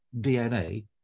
DNA